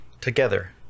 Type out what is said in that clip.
together